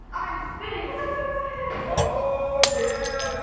i'm spinning cause i'm so excited. oh yeah,